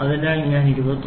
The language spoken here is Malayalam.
അതിനാൽ ഞാൻ 23